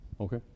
Okay